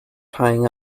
tying